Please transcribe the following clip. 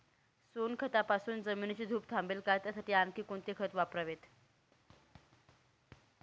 सोनखतापासून जमिनीची धूप थांबेल का? त्यासाठी आणखी कोणती खते वापरावीत?